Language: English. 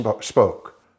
spoke